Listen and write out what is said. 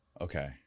Okay